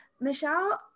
Michelle